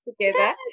together